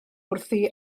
wrthi